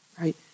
right